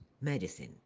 medicine